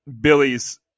Billy's